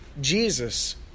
Jesus